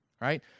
right